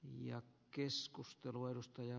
ja keskustelu edustaja